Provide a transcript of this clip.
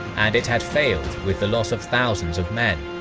and it had failed with the loss of thousands of men.